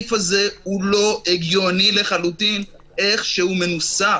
הסעיף הזה הוא לא הגיוני לחלוטין, איך שהוא מנוסח.